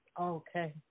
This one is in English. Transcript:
Okay